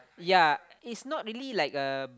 yea it's not really like a